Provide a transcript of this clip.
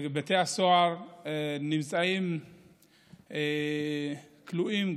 בבתי הסוהר נמצאים כלואים,